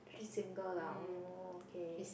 she single lah oh okay